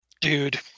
dude